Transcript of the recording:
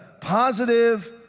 positive